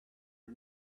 are